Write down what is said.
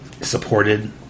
supported